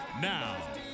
Now